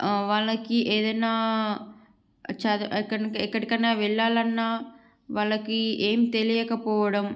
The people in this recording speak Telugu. ఆ వాళ్ళకి ఏదైనా ఎక్కడికైనా వెళ్లాలన్నా వాళ్ళకి ఏంమి తెలియకపోవడం